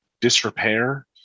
disrepair